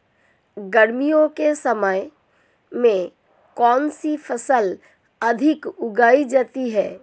गर्मियों के मौसम में कौन सी फसल अधिक उगाई जाती है?